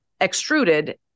extruded